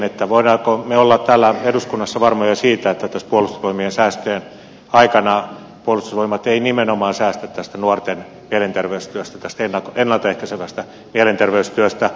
voimmeko me olla täällä eduskunnassa varmoja siitä että puolustusvoimien säästöjen aikana puolustusvoimat ei nimenomaan säästä nuorten ennalta ehkäisevästä mielenterveystyöstä